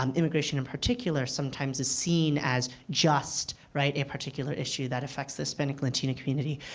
um immigration in particular sometimes is seen as just, right, a particular issue that affects the hispanic latino community.